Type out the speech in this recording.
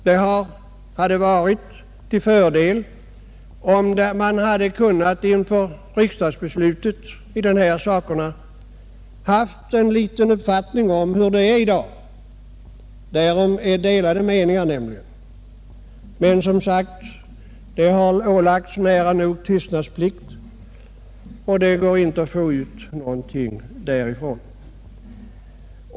Det hade varit till fördel om riksdagen innan den skulle fatta beslut i dessa frågor hade fått veta hurudan situationen är i dag — därom råder nämligen delade meningar. Men, som sagt, det har ålagts nära nog tystnadsplikt, och det går inte att få veta någonting därom.